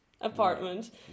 Apartment